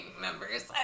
members